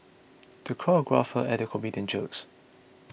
the crowd guffawed at the comedian's jokes